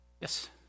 Yes